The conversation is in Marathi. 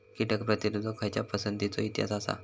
कीटक प्रतिरोधक खयच्या पसंतीचो इतिहास आसा?